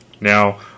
Now